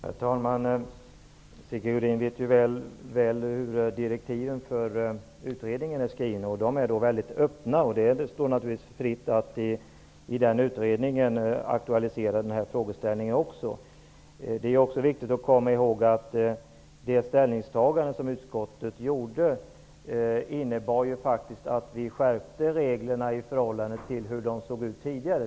Herr talman! Sigge Godin vet ju väl hur direktiven för utredningen är skrivna. De är väldigt öppna, och det är fritt att i den utredningen även aktualisera den här frågeställningen. Det är viktigt att komma ihåg att det ställningstagande som utskottet gjorde innebar en skärpning av reglerna i förhållande till hur de såg ut tidigare.